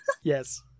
Yes